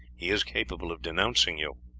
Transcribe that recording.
he is capable of denouncing you.